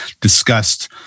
discussed